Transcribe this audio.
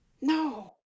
No